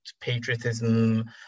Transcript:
patriotism